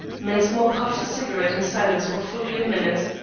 mensmore puffed his cigarette in silence for fully a minute.